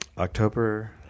october